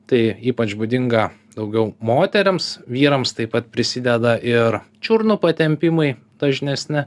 tai ypač būdinga daugiau moterims vyrams taip pat prisideda ir čiurnų patempimai dažnesni